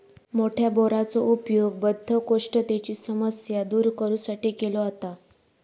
मोठ्या बोराचो उपयोग बद्धकोष्ठतेची समस्या दूर करू साठी केलो जाता